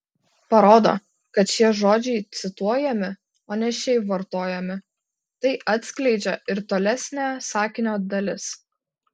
parodo kad šie žodžiai cituojami o ne šiaip vartojami tai atskleidžia ir tolesnė sakinio dalis